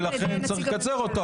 ולכן צריך לקצר אותו.